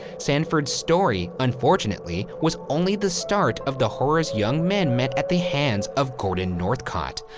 sandford's story unfortunately was only the start of the horrors young men met at the hands of gordon northcott.